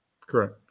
Correct